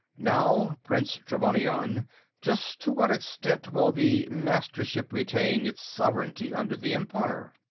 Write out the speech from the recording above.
now, prince trevannion just to what extent will the mastership retain its sovereignty under the empire?